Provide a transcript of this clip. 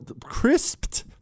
crisped